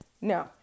no